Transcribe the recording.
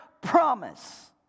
promise